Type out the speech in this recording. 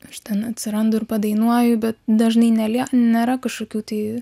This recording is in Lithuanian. aš ten atsirandu ir padainuoju bet dažnai nelie nėra kažkokių tai